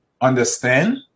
understand